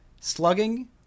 Slugging